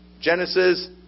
Genesis